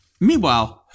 Meanwhile